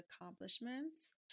accomplishments